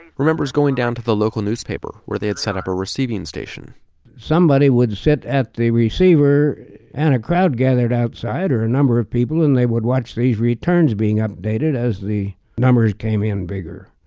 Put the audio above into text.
remembers going down to the local newspaper where they had set up a receiving station somebody would sit at the receiver and a crowd gathered outside or a number of people and they would watch these returns being updated as the numbers came in bigger.